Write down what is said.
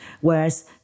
whereas